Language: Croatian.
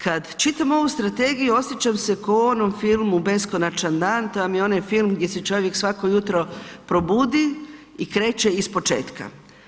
Kad čitam ovu strategiju osjećam se kao u onom filmu beskonačan dan, to vam je onaj film gdje se čovjek svako jutro probudi i kreće ispočetka.